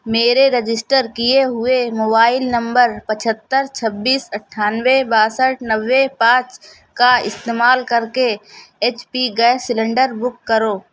میرے رجسٹر کیے ہوئے موبائل نمبر پچھتر چھبیس اٹھانوے باسٹھ نوے پانچ کا استعمال کر کے H P gas cylinder book کرو